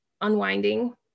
unwinding